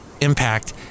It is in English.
impact